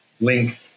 link